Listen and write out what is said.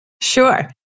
Sure